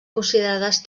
considerades